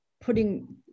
putting